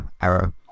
arrow